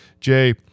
Jay